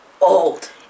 Old